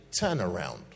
turnaround